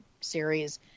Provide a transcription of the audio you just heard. series